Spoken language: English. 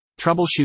troubleshoot